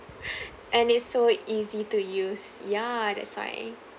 and it's so easy to use ya that's why